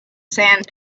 sand